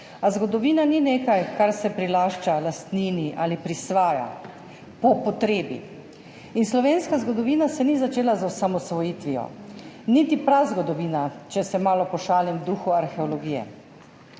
a zgodovina ni nekaj, kar se prilašča, lastnini ali prisvaja po potrebi, in slovenska zgodovina se ni začela z osamosvojitvijo, niti prazgodovina, če se malo pošalim v duhu arheologije.